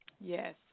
Yes